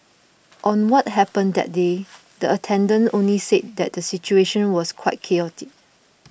on what happened that day the attendant only said that the situation was quite chaotic